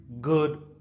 good